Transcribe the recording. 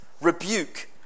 rebuke